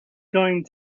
going